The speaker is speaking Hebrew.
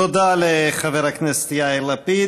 תודה לחבר הכנסת יאיר לפיד.